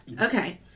Okay